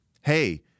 Hey